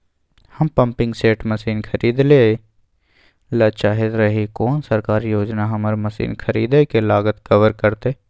हम pumping set machine खरीदैय ल चाहैत रही कोन सरकारी योजना हमर मसीन खरीदय के लागत कवर करतय?